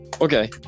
okay